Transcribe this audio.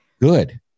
good